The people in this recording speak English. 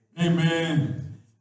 Amen